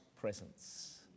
presence